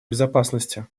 безопасности